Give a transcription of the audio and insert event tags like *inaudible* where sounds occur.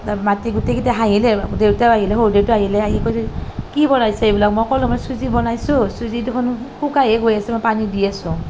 *unintelligible* মাতি গোটেই কেইটা হাঁহিলে দেউতাও আহিলে শহুৰ দেউতাও আহিল আহি কৈছে কি বনাইছ এইবিলাক মই কলোঁ মই চুজি বনাইছোঁ চুজি দেখোন শুকাইহে গৈ আছে মই পানী দি আছোঁ